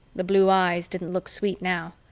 the blue eyes didn't look sweet now.